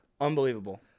Unbelievable